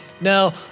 Now